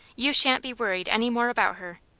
you shan't be worried any more about her.